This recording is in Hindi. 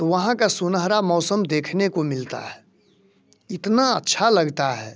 तो वहाँ का सुनहरा मौसम देखने को मिलता है इतना अच्छा लगता है